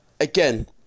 Again